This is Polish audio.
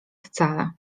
wcale